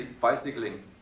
bicycling